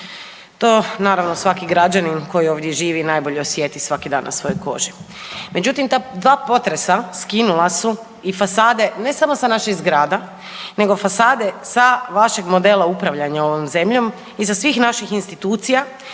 To naravno svaki građanin koji ovdje živi najbolje osjeti svaki dan na svojoj koži. Međutim, ta dva potresa skinula su i fasade ne samo sa naših zgrada nego fasade sa vašeg modela upravljanja ovom zemljom i sa svih naših institucija